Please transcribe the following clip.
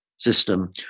system